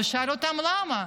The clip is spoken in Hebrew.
ושאל אותם למה,